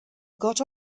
got